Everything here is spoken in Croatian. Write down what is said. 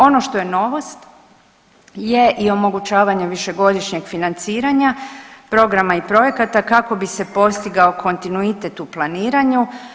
Ono što je novost je i omogućavanje višegodišnjeg financiranja programa i projekata kako bi se postigao kontinuitet planiranju.